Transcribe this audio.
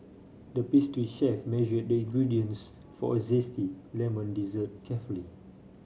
the pastry chef measure the ingredients for a zesty lemon dessert carefully